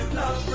love